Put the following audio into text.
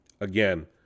Again